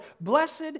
Blessed